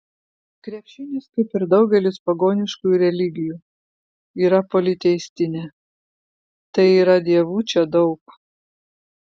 krepšinis kaip ir daugelis pagoniškųjų religijų yra politeistinė tai yra dievų čia daug